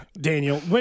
Daniel